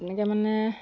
এনেকৈ মানে